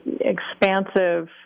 expansive